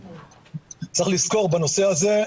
צריך לזכור בנושא הזה,